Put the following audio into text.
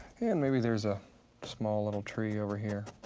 and maybe there's a small little tree over here.